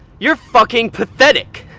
you're fucking pathetic!